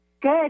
Good